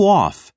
off